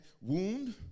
Wound